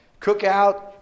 cookout